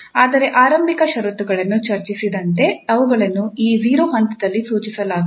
ಆದರೆ ಆರಂಭಿಕ ಷರತ್ತುಗಳನ್ನು ಚರ್ಚಿಸಿದಂತೆ ಅವುಗಳನ್ನು ಈ 0 ಹಂತದಲ್ಲಿ ಸೂಚಿಸಲಾಗುತ್ತದೆ